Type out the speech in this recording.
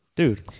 Dude